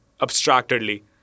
abstractedly